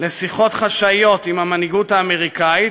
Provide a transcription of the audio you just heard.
לשיחות חשאיות עם המנהיגות האמריקנית,